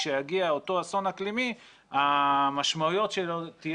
כשיגיע אותו אסון אקלימי המשמעויות שלו תהיינה פחותות.